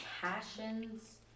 passions